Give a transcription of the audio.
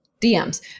DMs